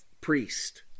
priest